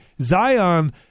Zion